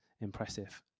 impressive